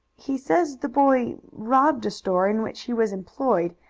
he says the boy robbed a store in which he was employed,